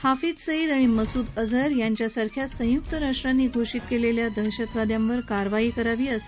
हाफिज सईद आणि मसूद अजहर यांच्यासारख्या संयुक्त राष्ट्रांनी घोषित दहशतवादी केलेल्या गुन्हेगारांव कारवाई करावी असं